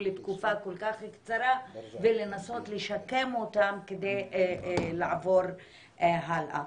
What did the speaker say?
לתקופה כל כך קצרה ולנסות לשקם אותם כדי לעבור הלאה.